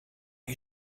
you